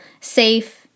safe